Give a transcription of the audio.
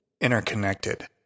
interconnected